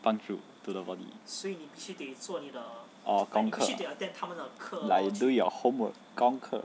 帮助 to the body oh 功课 like you do your homework 功课